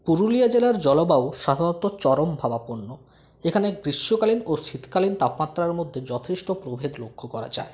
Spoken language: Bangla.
পুরুলিয়া জেলার জলবায়ু সাধারণত চরমভাবাপন্ন এখানে গ্রীষ্মকালীন ও শীতকালীন তাপমাত্রার মধ্যে যথেষ্ট প্রভেদ লক্ষ্য করা যায়